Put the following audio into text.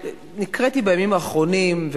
נקראתי בימים האחרונים,